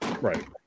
Right